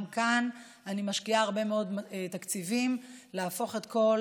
גם כאן אני משקיעה הרבה מאוד תקציבים להפוך את כל,